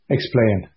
Explain